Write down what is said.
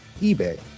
eBay